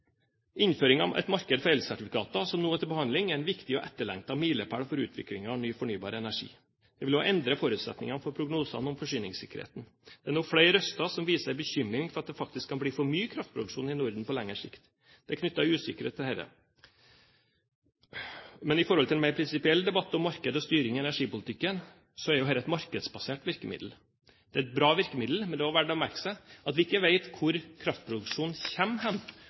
Innføringen av et marked for elsertifikater, som nå er til behandling, er en viktig og etterlengtet milepæl for utviklingen av ny fornybar energi. Det vil også endre forutsetningene for prognosene om forsyningssikkerheten. Det er nå flere røster som uttrykker bekymring for at det faktisk kan bli for mye kraftproduksjon i Norden på lengre sikt. Det er knyttet usikkerhet til dette. Men i forhold til en mer prinsipiell debatt om marked og styring i energipolitikken, er jo dette et markedsbasert virkemiddel. Det er et bra virkemiddel, men det er også verdt å merke seg at vi ikke vet hvor kraftproduksjonen